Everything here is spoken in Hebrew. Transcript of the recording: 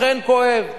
אכן כואב.